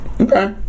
okay